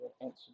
answer